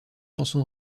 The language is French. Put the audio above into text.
chanson